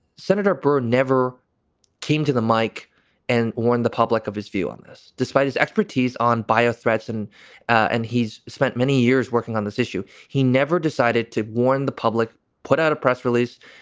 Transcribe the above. senator byrd never came to the mike and warned the public of his view on this, despite his expertise on bio threats. and and he's spent many years working on this issue. he never decided to warn the public, put out a press release,